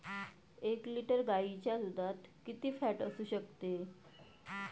एक लिटर गाईच्या दुधात किती फॅट असू शकते?